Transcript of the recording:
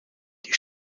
die